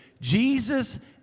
Jesus